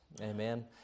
Amen